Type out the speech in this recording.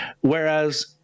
whereas